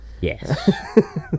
Yes